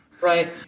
Right